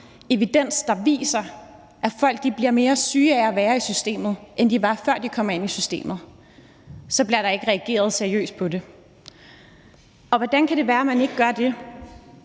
være nok – viser, at folk bliver mere syge af at være i systemet, end de var, før de kom ind i systemet, bliver der ikke reageret seriøst på det. Hvordan kan det være, man ikke gør det?